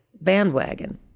bandwagon